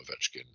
Ovechkin